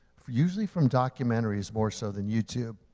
usually from documentaries more so than youtube.